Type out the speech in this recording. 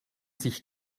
sich